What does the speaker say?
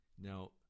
Now